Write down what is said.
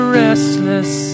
restless